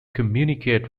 communicate